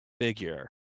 figure